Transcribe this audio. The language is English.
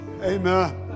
Amen